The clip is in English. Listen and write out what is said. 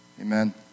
Amen